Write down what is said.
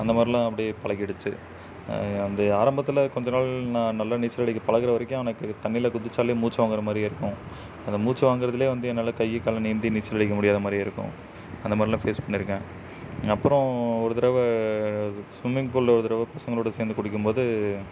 அந்த மாதிரிலாம் அப்படியே பழகிடுச்சி வந்து ஆரம்பத்தில் கொஞ்சம் நாள் நான் நல்லா நீச்சல் அடிக்க பழகுற வரைக்கும் எனக்கு தண்ணியில குதிச்சாலே மூச்சு வாங்குற மாதிரியே இருக்கும் அந்த மூச்சு வாங்குறதுலே வந்து என்னால் கை காலை நீந்தி நீச்சல் அடிக்க முடியாத மாதிரியே இருக்கும் அந்த மாதிரிலாம் ஃபேஸ் பண்ணியிருக்கேன் அப்பறம் ஒரு தடவ ஸு ஸ்விம்மிங் பூல்ல ஒரு தடவ பசங்களோட சேர்ந்து குளிக்கும்போது